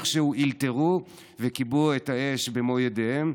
איכשהו אלתרו וכיבו את האש במו ידיהם,